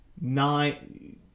nine